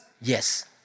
Yes